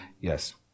Yes